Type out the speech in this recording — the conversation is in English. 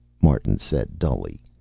martin said dully,